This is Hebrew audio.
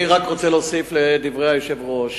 אני רק רוצה להוסיף על דברי היושב-ראש.